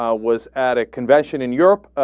um was at a convention in europe ah.